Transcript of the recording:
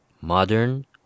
modern